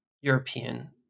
European